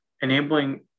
enabling